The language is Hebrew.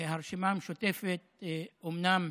הרשימה המשותפת אומנם